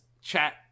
chat